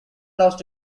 lost